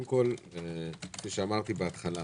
כפי שאמרתי בהתחלה,